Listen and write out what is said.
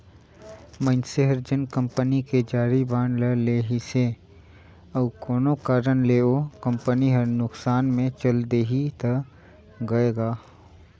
मइनसे हर जेन कंपनी के जारी बांड ल लेहिसे अउ कोनो कारन ले ओ कंपनी हर नुकसान मे चल देहि त गय गा